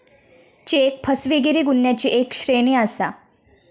check फसवेगिरी गुन्ह्यांची एक श्रेणी आसा